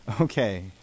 Okay